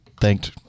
thanked